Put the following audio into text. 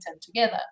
together